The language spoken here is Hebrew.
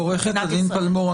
עו"ד פלמור,